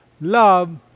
love